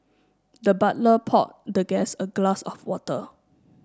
the butler poured the guest a glass of water